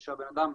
של הבן אדם.